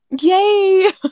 Yay